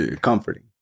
comforting